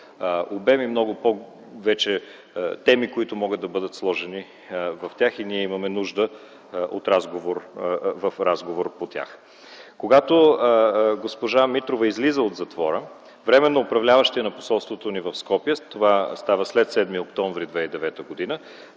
обем и много повече теми, които могат да бъдат сложени в тях. И ние имаме нужда от разговор по тях. Когато госпожа Митрова излиза от затвора, временно управляващият посолството ни в Скопие, а това става след 7 октомври 2009 г.,